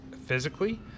physically